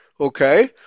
Okay